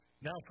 Now